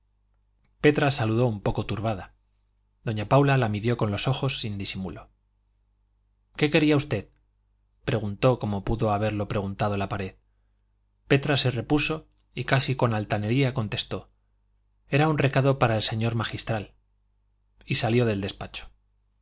petra saludó un poco turbada doña paula la midió con los ojos sin disimulo qué quería usted preguntó como pudo haberlo preguntado la pared petra se repuso y casi con altanería contestó era un recado para el señor magistral y salió del despacho